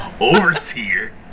Overseer